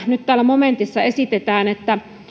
nyt täällä momentissa esitetään että